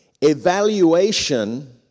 Evaluation